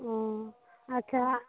ও আচ্ছা